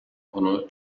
bunu